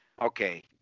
Okay